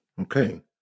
Okay